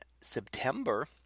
September